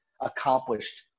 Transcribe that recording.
accomplished